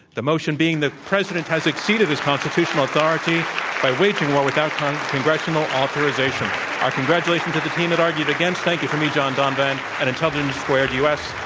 the motion being, the president has exceeded his constitutional authority by waging war without congressional authorization. our congratulations to the team that argued against. thank you from me, john donva n, at intelligence squared u. s.